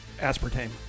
aspartame